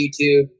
YouTube